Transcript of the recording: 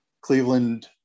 Cleveland